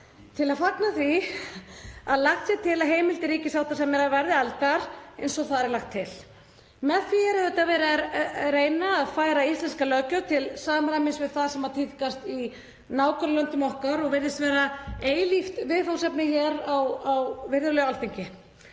til að fagna því að lagt sé til að heimildir ríkissáttasemjara verði efldar eins og þar er lagt til. Með því er auðvitað verið að reyna að færa íslenska löggjöf til samræmis við það sem tíðkast í nágrannalöndum okkar og virðist vera eilíft viðfangsefni hér á virðulegu Alþingi.